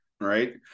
right